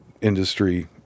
industry